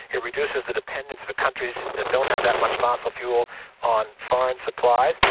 it reduces the dependence for countries that don't have that much fossil fuel on foreign supplies,